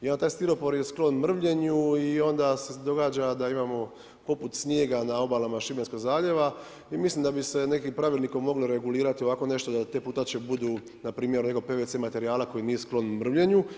I onda taj stiropor je sklon mrvljenju i onda se događa da imamo, poput snijega na obalama šibenskog zaljeva i mislim da bi se nekim pravilnikom moglo regulirati, ovako nešto da te plutače budu npr. od nekog PVC materijala koji nije sklon mrvljenju.